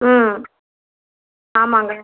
ம் ஆமாங்க